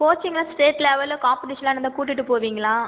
கோச்சிங்க்லாம் state லெவல்லில் காம்பட்டீஷன்லாம் நடந்தால் கூட்டிகிட்டு போவீங்களா